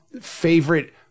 favorite